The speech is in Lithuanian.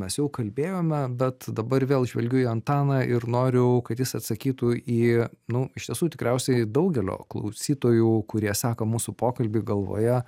mes jau kalbėjome bet dabar vėl žvelgiu į antaną ir noriu kad jis atsakytų į nu iš tiesų tikriausiai daugelio klausytojų kurie seka mūsų pokalbį galvoje